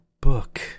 book